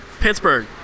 Pittsburgh